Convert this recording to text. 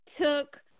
took